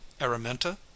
Araminta